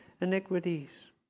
iniquities